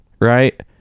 right